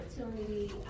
opportunity